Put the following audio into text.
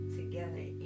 together